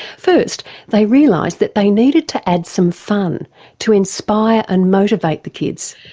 first they realised that they needed to add some fun to inspire and motivate the kids.